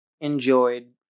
enjoyed